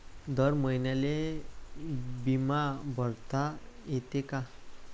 दर महिन्याले बिमा भरता येते का?